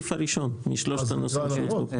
אנחנו חושבים שזה דרישה -- הגדלת הכנסות מה אכפת לך?